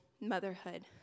motherhood